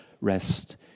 rest